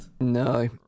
No